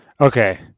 Okay